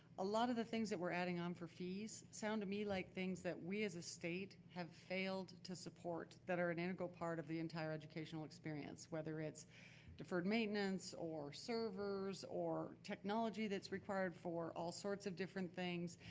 a lot of the things that we're adding on for fees, sound to me like things that we as a state have failed to support that are an integral part of the entire educational experience, whether it's deferred maintenance, or servers, or technology that's required for all sorts of different things.